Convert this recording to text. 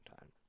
time